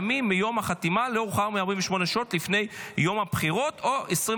ימים החתימה ולא יאוחר מ-48 שעות לפני יום הבחירות או 24